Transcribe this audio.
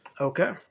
Okay